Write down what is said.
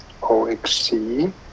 OXC